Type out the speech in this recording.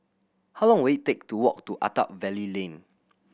how long will it take to walk to Attap Valley Lane